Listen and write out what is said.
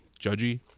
Judgy